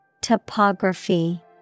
Topography